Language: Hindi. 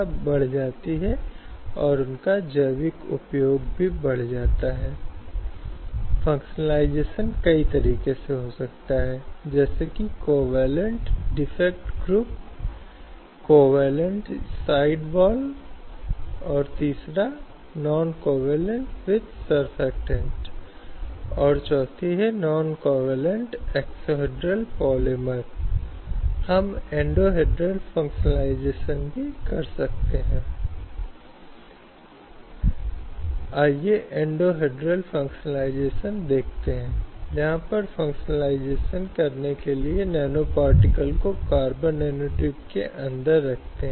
यह भी महत्वपूर्ण है कि दिए गए कुछ भौतिक और शारीरिक मुद्दे जो महिलाओं के लिए विशेष हैं उनके लिए विशेष प्रावधान होने चाहिए जिससे उन्हें उस विशेष मुद्दे को दूर करने में मदद मिल सके जो कि तदनुसार श्रम कानून हैं जो महिलाओं से संबंधित विशिष्ट मुद्दों को संबोधित करने की कोशिश करता है उन्हें समानता के अधिकारों की गारंटी देता है जो उनके लिए हकदार हैं और विशेष पहलू भी हैं जो महिलाओं को उन लोगों के साथ सुरक्षा सुनिश्चित करने के लिए गठित हैं